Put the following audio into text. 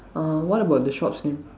uh what about the shop's name